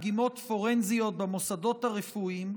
דגימות פורנזיות במוסדות הרפואיים,